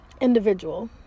individual